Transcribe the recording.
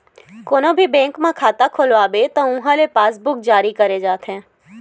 कोनो भी बेंक म खाता खोलवाबे त उहां ले पासबूक जारी करे जाथे